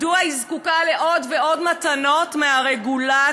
מדוע היא זקוקה לעוד ועוד מתנות מהרגולטור,